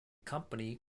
company